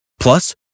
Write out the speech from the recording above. Plus